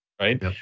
right